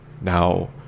now